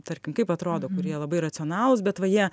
tarkim kaip atrodo kurie labai racionalūs bet va jie